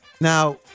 Now